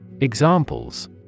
Examples